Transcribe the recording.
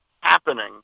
happening